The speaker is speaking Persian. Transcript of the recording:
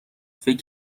فکر